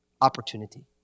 opportunity